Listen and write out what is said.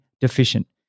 deficient